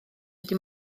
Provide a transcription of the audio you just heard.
wedi